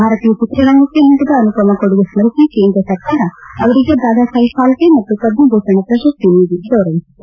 ಭಾರತೀಯ ಚಿತ್ರರಂಗಕ್ಕೆ ನೀಡಿದ ಅನುಪಮ ಕೊಡುಗೆ ಸ್ನರಿಸಿ ಕೇಂದ್ರ ಸರ್ಕಾರ ಅವರಿಗೆ ದಾದಾಸಾಹೇಬ್ ಫಾಲ್ಮೆ ಹಾಗೂ ಪದ್ಧಭೂಷಣ ಪ್ರಶಸ್ತಿ ನೀಡಿ ಗೌರವಿಸಿತ್ತು